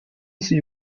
sie